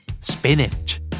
Spinach